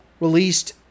released